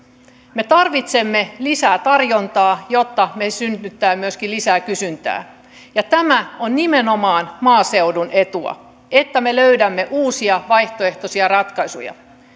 me tarvitsemme lisää tarjontaa jotta meille syntyy myöskin lisää kysyntää ja tämä on nimenomaan maaseudun etu että me löydämme uusia vaihtoehtoisia ratkaisuja